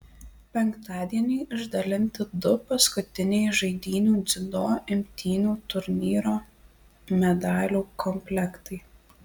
penktadienį išdalinti du paskutiniai žaidynių dziudo imtynių turnyro medalių komplektai